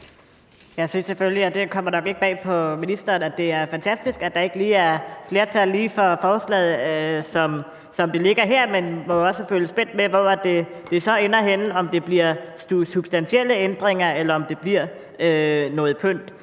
Jeg synes selvfølgelig – og det kommer nok ikke bag på ministeren – at det er fantastisk, at der ikke lige er flertal for forslaget, som det ligger her. Men jeg vil også følge spændt med, med hensyn til hvor det så ender – om der bliver tale om substantielle ændringer, eller om det bliver noget pynt